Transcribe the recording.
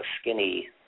skinny